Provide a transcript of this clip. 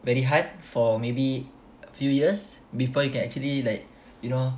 very hard for maybe a few years before you can actually like you know